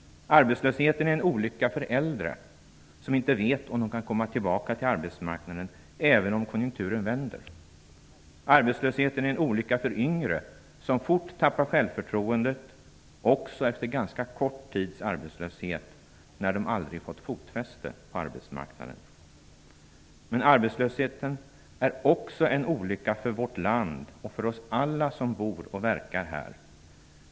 Arbetslösheten är en olycka för äldre, som inte vet om de kan komma tillbaka till arbetsmarknaden, även om konjunkturen vänder. Arbetslösheten är en olycka för yngre, som fort tappar självförtroendet också efter ganska kort tids arbetslöshet, när de aldrig fått fotfäste på arbetsmarknaden. Men arbetslösheten är också en olycka för vårt land och för oss alla som bor och verkar här.